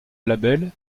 label